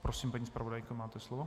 Prosím, paní zpravodajko, máte slovo.